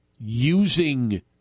using